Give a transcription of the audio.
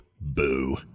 Boo